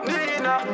Nina